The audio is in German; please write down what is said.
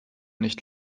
nicht